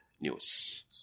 News